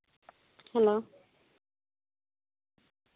hello